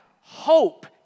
hope